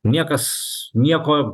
niekas nieko